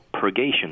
purgation